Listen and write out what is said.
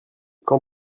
quand